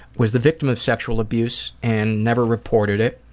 was the victim of sexual abuse and never reported it.